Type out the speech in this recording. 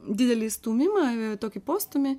didelį stūmimą tokį postūmį